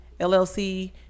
LLC